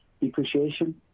Depreciation